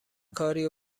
کاریو